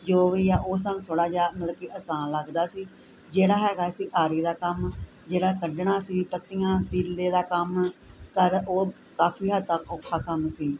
ਜੋ ਵੀ ਆ ਉਹ ਸਾਨੂੰ ਥੋੜ੍ਹਾ ਜਿਹਾ ਮਤਲਬ ਕਿ ਆਸਾਨ ਲੱਗਦਾ ਸੀ ਜਿਹੜਾ ਹੈਗਾ ਸੀ ਆਰੀ ਦਾ ਕੰਮ ਜਿਹੜਾ ਕੱਢਣਾ ਸੀ ਪੱਤੀਆਂ ਤੀਲੇ ਦਾ ਕੰਮ ਸਾਰਾ ਉਹ ਕਾਫੀ ਹੱਦ ਤੱਕ ਔਖਾ ਕੰਮ ਸੀ